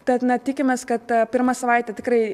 tad na tikimės kad ta pirma savaitė tikrai